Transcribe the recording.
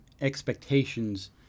expectations